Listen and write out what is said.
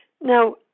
now